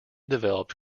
developed